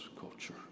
culture